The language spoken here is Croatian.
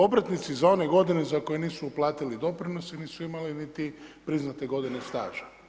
Obrtnici za one godine za koje nisu uplatili doprinose, nisu imali niti priznate godine staža.